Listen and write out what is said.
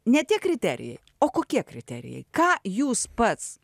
ne tie kriterijai o kokie kriterijai ką jūs pats